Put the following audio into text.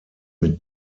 mit